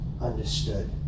understood